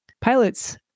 pilots